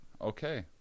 Okay